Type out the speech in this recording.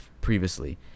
previously